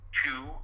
two